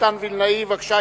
מתן וילנאי, בבקשה.